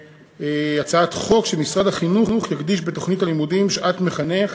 הצעת חוק שמשרד החינוך יקדיש בתוכנית הלימודים שעת מחנך